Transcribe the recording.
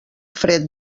fred